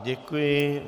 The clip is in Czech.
Děkuji.